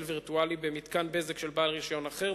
וירטואלי במתקן בזק של בעל רשיון אחר,